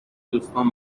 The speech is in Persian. دوستانم